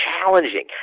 challenging